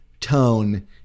tone